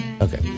Okay